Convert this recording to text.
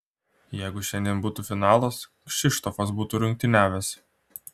jeigu šiandien būtų finalas kšištofas būtų rungtyniavęs